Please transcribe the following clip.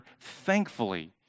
thankfully